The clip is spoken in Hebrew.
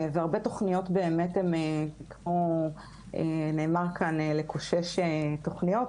והרבה תוכניות באמת כמו שנאמר כאן "לקושש" תוכניות,